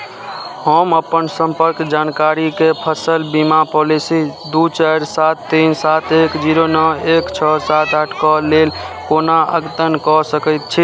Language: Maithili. हम अपन सम्पर्क जानकारीके फसल बीमा पॉलिसी दू चारि सात तीन सात एक जीरो नओ एक छओ सात आठके लेल कोना अद्यतन कऽ सकैत छी